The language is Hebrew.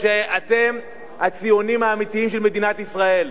שאתם הציונים האמיתיים של מדינת ישראל.